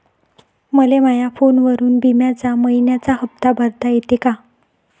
मले माया फोनवरून बिम्याचा मइन्याचा हप्ता भरता येते का?